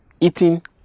eating